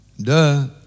duh